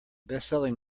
bestselling